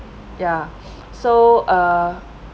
ya so uh